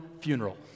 funeral